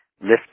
lift